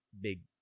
big